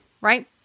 right